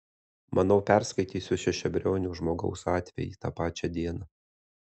manau perskaitysiu šešiabriaunio žmogaus atvejį tą pačią dieną